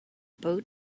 bow